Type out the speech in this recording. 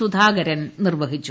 സുധാകരൻ നിർവഹിച്ചു